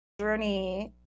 Journey